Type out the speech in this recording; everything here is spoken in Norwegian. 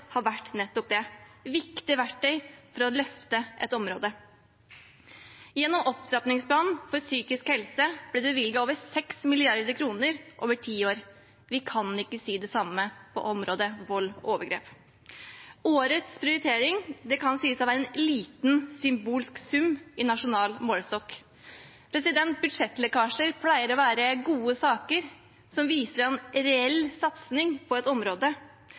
har vært nettopp det – viktige verktøy for å løfte et område. Gjennom opptrappingsplanen for psykisk helse ble det bevilget over 6 mrd. kr over ti år. Vi kan ikke si det samme på området for vold og overgrep. Årets prioritering kan sies å være en liten symbolsk sum i nasjonal målestokk. Budsjettlekkasjer pleier å være gode saker som viser en reell satsing på et område.